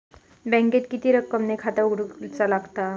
बँकेत किती रक्कम ने खाता उघडूक लागता?